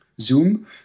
Zoom